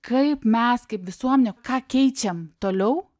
kaip mes kaip visuomenė ką keičiam toliau